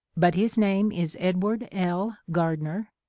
but his name is edward l. gardner,